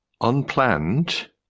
unplanned